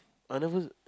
I never